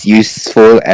useful